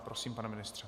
Prosím, pane ministře.